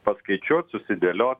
paskaičiuot susidėlio